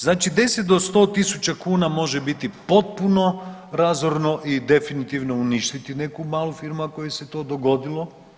Znači, 10 do 100 tisuća kuna može biti potpuno razorno i definitivno uništiti neku malu firmu a kojoj se to dogodilo.